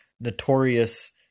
Notorious